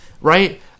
right